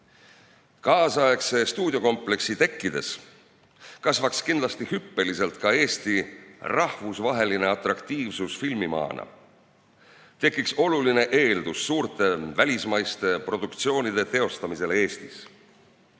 Kaasaegse stuudiokompleksi tekkides kasvaks kindlasti hüppeliselt ka Eesti rahvusvaheline atraktiivsus filmimaana, tekiks oluline eeldus suurte välismaiste produktsioonide teostamiseks Eestis.